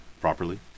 properly